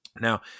Now